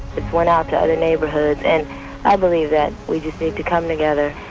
it's gone out to other neighborhoods, and i believe that we just need to come together